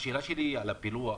השאלה שלי לגבי הפילוח,